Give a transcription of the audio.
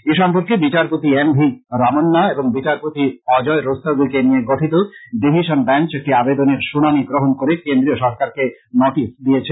এই সম্পর্কে বিচারপতি এম ভি রমন্না এবং বিচারপতি অজয় রস্তোগিকে নিয়ে গঠিত ডিভিশন ব্যাঞ্চ একটি আবেদনের শুনানী গ্রহণ করে কেন্দ্রীয় সরকারকে নোটিশ দিয়েছে